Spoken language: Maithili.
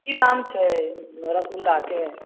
की दाम छै रसगुल्लाके